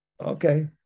Okay